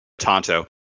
Tonto